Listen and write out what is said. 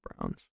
Browns